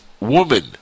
woman